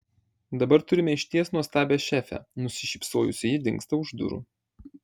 dabar turime išties nuostabią šefę nusišypsojusi ji dingsta už durų